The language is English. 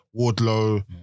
Wardlow